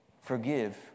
forgive